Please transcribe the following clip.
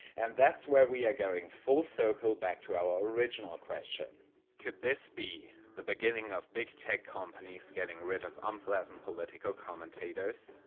and that's were we are going full circle back to our original question could this be the beginning of big tech companies getting rid of unpleasant political commentators?